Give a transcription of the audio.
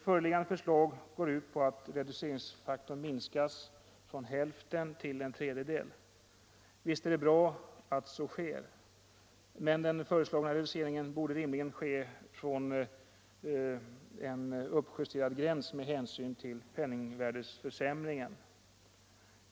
Föreliggande förslag går ut på att reduceringsfaktorn minskas från hälften till en tredjedel. Visst är det bra att så sker, men den föreslagna reduceringen borde rimligen ske från en uppjusterad gräns med hänsyn till penningvärdeförsämringen.